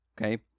Okay